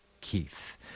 Keith